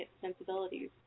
sensibilities